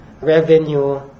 revenue